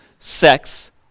sex